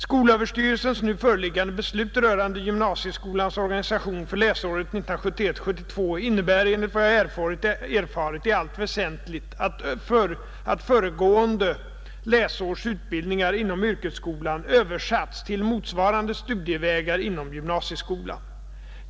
Skolöverstyrelsens nu föreliggande beslut rörande gymnasieskolans organisation för läsåret 1971/72 innebär enligt vad jag erfarit i allt väsentligt att föregående läsårs utbildningar inom yrkesskolan översatts till motsvarande studievägar inom gymnasieskolan.